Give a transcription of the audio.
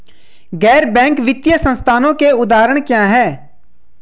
गैर बैंक वित्तीय संस्थानों के उदाहरण क्या हैं?